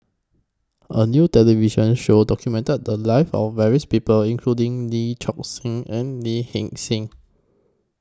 A New television Show documented The Lives of various People including Lee Choon Seng and Lee Hee Seng